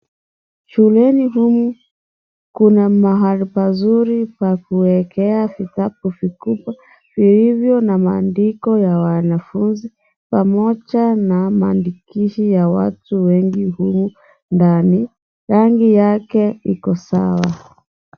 Shuleni humu kuna mahali pazuri pa kuekea vitabu vikbwa vilivyo na maandiko ya wanafunzi pamoja na maandishi ya watu wengi humu ndani ,rangi yake iko sawa.